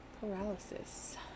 paralysis